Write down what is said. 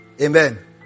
amen